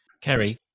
Kerry